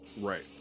Right